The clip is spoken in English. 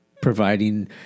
providing